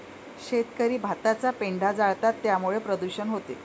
शेतकरी भाताचा पेंढा जाळतात त्यामुळे प्रदूषण होते